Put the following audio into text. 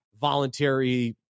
voluntary